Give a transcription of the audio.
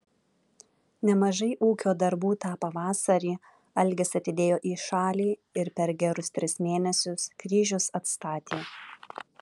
nemažai ūkio darbų tą pavasarį algis atidėjo į šalį ir per gerus tris mėnesius kryžius atstatė